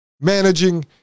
managing